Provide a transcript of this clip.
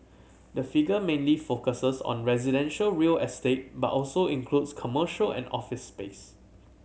the figure mainly focuses on residential real estate but also includes commercial and office space